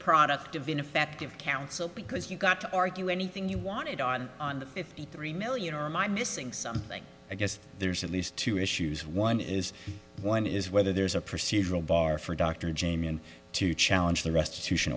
product of ineffective counsel because you got to argue anything you wanted on on the fifty three million or my missing something i guess there's at least two issues one is one is whether there's a procedural bar for dr jamie and to challenge the restitution